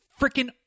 freaking